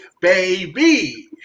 Baby